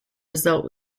result